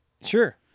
Sure